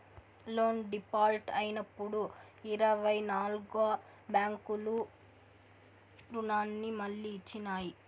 loan default అయినప్పుడు ఇరవై నాల్గు బ్యాంకులు రుణాన్ని మళ్లీ ఇచ్చినాయి